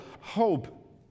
hope